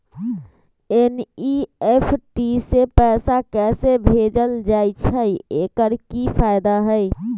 NEFT से पैसा कैसे भेजल जाइछइ? एकर की फायदा हई?